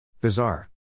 Bizarre